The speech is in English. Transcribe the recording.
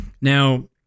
Now